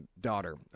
daughter